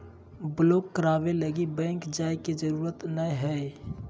block कराबे लगी bank जाय के जरूरत नयय हइ